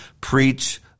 preach